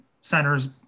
centers